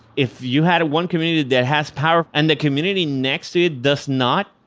if you had one community that has power and the community next it does not,